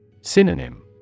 Synonym